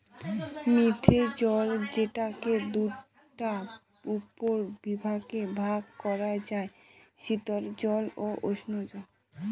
মিঠে জল যেটাকে দুটা উপবিভাগে ভাগ করা যায়, শীতল জল ও উষ্ঞজল